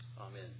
Amen